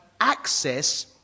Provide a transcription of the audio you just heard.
access